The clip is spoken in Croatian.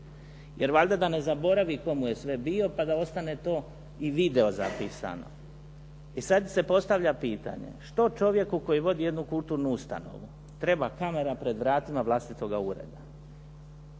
Jer valjda da ne zaboravi tko mu je sve bio, pa da ostane to i video zapisano. I sada se postavlja pitanje što čovjeku koji vodi jednu kulturnu ustanovu treba kamera prema vratima vlastitoga ureda.